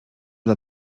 dla